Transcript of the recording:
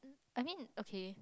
I mean okay